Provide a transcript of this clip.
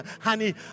honey